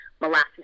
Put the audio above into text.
molasses